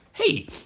Hey